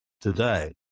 today